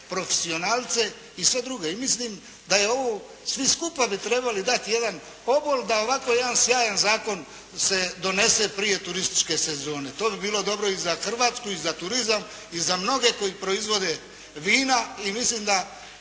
profesionalce i sve drugo i mislim da ovo svi skupa bi trebali dati jedan obol da ovako jedan sjajan zakon se donese prije turističke sezone. To bi bilo dobro i za Hrvatsku i za turizam i za mnoge koji proizvode vina i mislim da